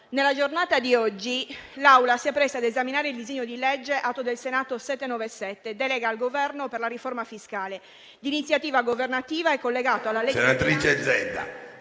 senatrice Zedda,